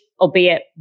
albeit